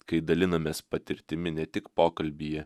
kai dalinamės patirtimi ne tik pokalbyje